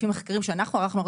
לפי מחקרים שאנחנו ערכנו,